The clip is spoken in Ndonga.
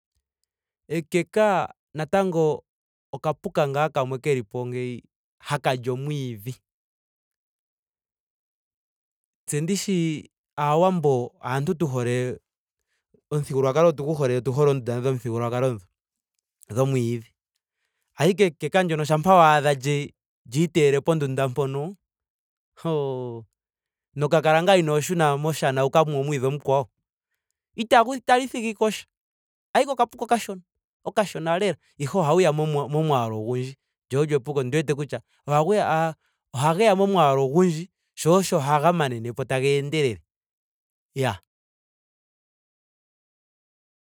Ekeka natango okapuka ngaa kamwe kelipo ngeyi haka li omwiidhi. Tse ndishi aawambo aantu tu hole. omuthigululwakalo otugu hole. otu hole oondunda dhomuthigululwakalo dho dhomwiidhi. Ashike ekeka ndyoka shampa waadha lye- lyiiteyele pondunda mpono. hoo. no kala ngaa inoo shuna moshana yoku ka mwe omwiidhi omukwawo. Itagu itali thigipo sha. ashike okapuka okashona. Okashona lela. ihe ohawu ya mo- molwaalu ogundji. Lyo olyo epuko ondi wete kutya ohagu ya- oha geya molwaalu ogundji sho osho haga manenepo taga endelele. Iyaa